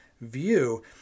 view